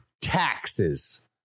taxes